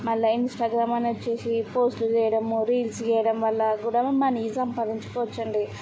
మళ్ళీ Instagram on వచ్చేసి పోస్టులు చేయడం రీల్స్ చేయడం వల్ల కూడా మనీ సంపాదించుకోవచ్చు అండి